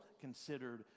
considered